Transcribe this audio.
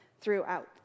throughout